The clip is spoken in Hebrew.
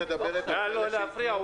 --- נא לא להפריע.